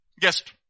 Guest